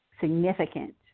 significant